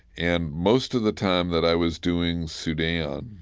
and most of the time that i was doing sudan,